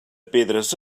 pedres